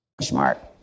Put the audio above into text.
Smart